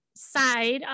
side